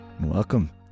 Welcome